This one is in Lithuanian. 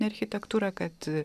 architektūrą kad